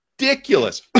ridiculous